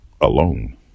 alone